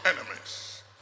enemies